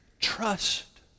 trust